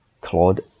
Claude